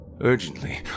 Urgently